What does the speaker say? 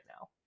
now